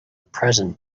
present